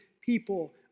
people